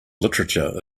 literature